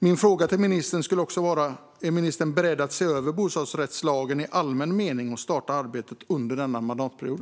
Min fråga till ministern är också: Är ministern beredd att se över bostadsrättslagen i allmän mening och starta arbetet med detta under denna mandatperiod?